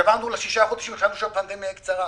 כשעברנו לשישה חודשים, חשבנו שהפנדמיה היא קצרה.